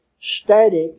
static